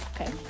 Okay